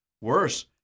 Worse